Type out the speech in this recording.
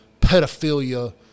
pedophilia